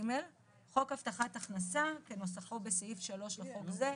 (ג)חוק הבטחת הכנסה כנוסחו בסעיף 3 לחוק זה,